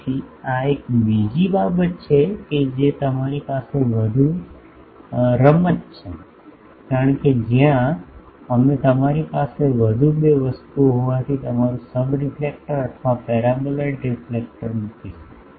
તેથી આ એક બીજી બાબત છે કે જે તમારી પાસે વધુ રમત છે કારણ કે જ્યાં અમે તમારી પાસે વધુ બે વસ્તુઓ હોવાથી તમારું સબરેલેક્ફેક્ટર અથવા પેરાબોલિઇડ રિફ્લેક્ટર મૂકીશું